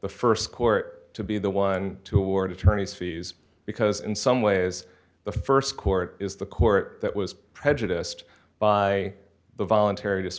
the st court to be the one to award attorneys fees because in some ways the st court is the court that was prejudiced by the voluntary